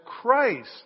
Christ